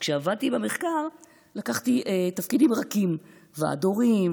כשעבדתי במחקר לקחתי תפקידים רכים: ועד הורים,